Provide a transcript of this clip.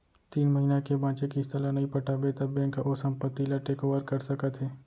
तीन महिना के बांचे किस्त ल नइ पटाबे त बेंक ह ओ संपत्ति ल टेक ओवर कर सकत हे